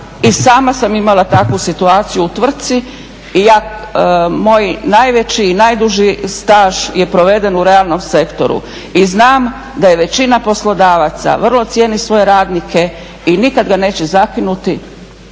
I sama sam imala takvu situaciju u tvrtci i moj najveći i najduži staž je proveden u realnom sektoru. I znam da je većina poslodavaca vrlo cijeni svoje radnike i nikad ga neće zakinuti